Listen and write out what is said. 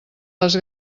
les